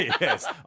Yes